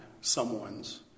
someone's